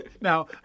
Now